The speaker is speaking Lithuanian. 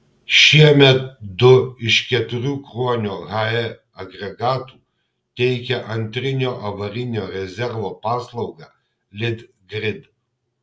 šiemet du iš keturių kruonio hae agregatų teikia antrinio avarinio rezervo paslaugą litgrid